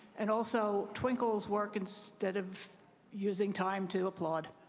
and also, twinkle's work instead of using time to applaud.